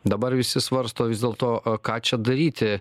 dabar visi svarsto vis dėlto o ką čia daryti